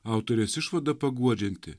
autorės išvada paguodžianti